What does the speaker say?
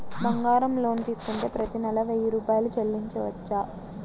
బంగారం లోన్ తీసుకుంటే ప్రతి నెల వెయ్యి రూపాయలు చెల్లించవచ్చా?